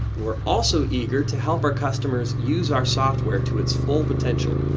we're also eager to help our customers use our software to its full potential.